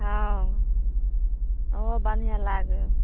हँ ओहो बढ़िआँ लागै हय